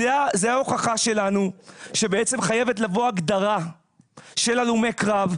זאת ההוכחה שלנו שבעצם חייבת לבוא הגדרה של הלומי קרב,